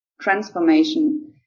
transformation